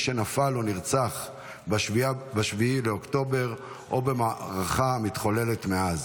שנפל או נרצח ב-7 באוקטובר או במערכה המתחוללת מאז.